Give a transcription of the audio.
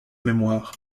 mémoire